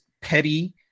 petty